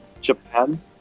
Japan